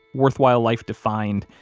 worthwhile life defined,